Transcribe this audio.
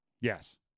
Yes